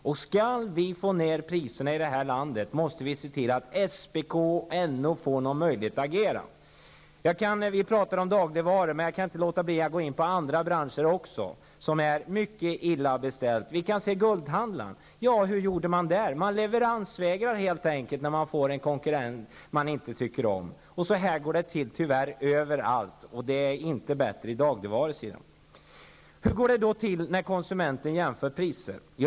Om vi skall få ner priserna här i landet måste vi se till att SPK och NO får möjlighet att agera. Vi pratar om dagligvaror här, men jag kan inte låta bli att gå in på andra branscher, där det är mycket illa ställt. Vi kan se på hur man gjorde med guldhandlaren. Man vägrade leverera när man fick en konkurrent som man inte tyckte om. Så här går det tyvärr till överallt. Det är inte bättre på dagligvarusidan. Hur går det då till när konsumenten jämför priser?